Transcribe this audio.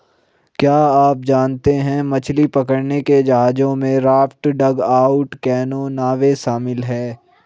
क्या आप जानते है मछली पकड़ने के जहाजों में राफ्ट, डगआउट कैनो, नावें शामिल है?